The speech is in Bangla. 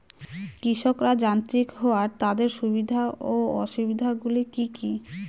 কৃষকরা যান্ত্রিক হওয়ার তাদের সুবিধা ও অসুবিধা গুলি কি কি?